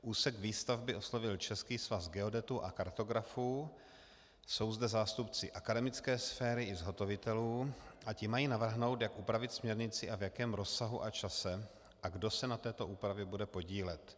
Úsek výstavby oslovil Český svaz geodetů a kartografů, jsou zde zástupci akademické sféry i zhotovitelů a ti mají navrhnout, jak upravit směrnici a v jakém rozsahu a čase a kdo se na této úpravě bude podílet.